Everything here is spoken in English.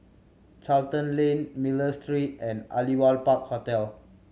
Charlton Lane Miller Street and Aliwal Park Hotel